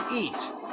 eat